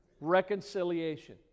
Reconciliation